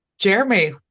Jeremy